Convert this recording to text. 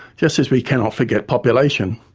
just as we cannot forget population,